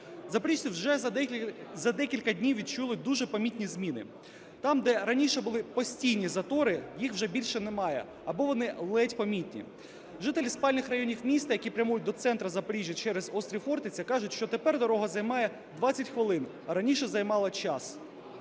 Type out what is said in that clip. Запоріжці вже за декілька днів відчули дуже помітні зміни. Там, де раніше були постійні затори, їх вже більше немає або вони ледь помітні. Жителі спальних районів міста, які прямують до центру Запоріжжя через острів Хортиця, кажуть, що тепер дорога займає 20 хвилин, а раніше займала часу